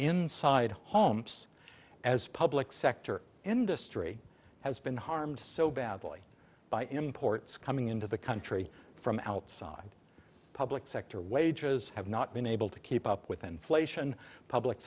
inside homes as public sector industry has been harmed so badly by imports coming into the country from outside public sector wages have not been able to keep up with inflation public